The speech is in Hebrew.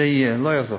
זה יהיה, לא יעזור.